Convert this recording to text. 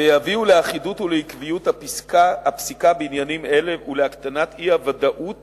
ויביאו לאחידות ולעקביות בפסיקה בעניינים אלה ולהקטנת האי-ודאות